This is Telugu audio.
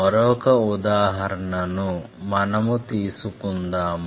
మరొక ఉదాహరణను మనము తీసుకుందాము